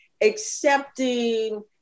accepting